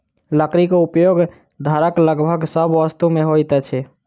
लकड़ी के उपयोग घरक लगभग सभ वस्तु में होइत अछि